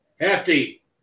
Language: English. hefty